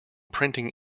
printing